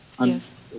Yes